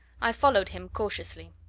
i followed him, cautiously.